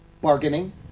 bargaining